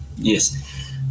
Yes